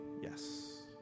Yes